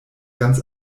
ganz